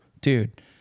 Dude